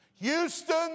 Houston